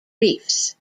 reefs